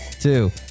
two